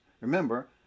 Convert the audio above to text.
Remember